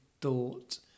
thought